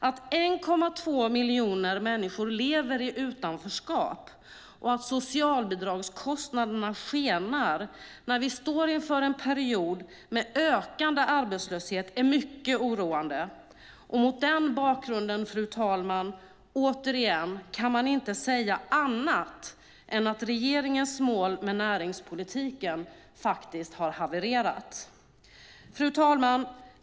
Att 1,2 miljoner människor lever i utanförskap och att socialbidragskostnaderna skenar när vi står inför en period med ökande arbetslöshet är mycket oroande. Mot den bakgrunden, fru talman, kan man återigen inte säga annat än att regeringens mål med näringspolitiken havererat. Fru talman!